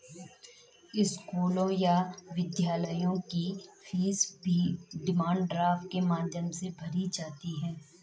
स्कूलों या विश्वविद्यालयों की फीस भी डिमांड ड्राफ्ट के माध्यम से भरी जाती है